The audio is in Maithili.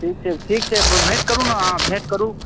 ठीक छै ठीक छै भेँट करू ने अहाँ भेँट करू